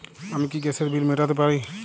আমি কি গ্যাসের বিল মেটাতে পারি?